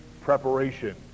preparation